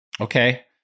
Okay